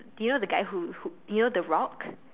you know the guy who who you know the rock